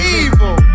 evil